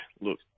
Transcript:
look